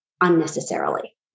unnecessarily